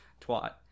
twat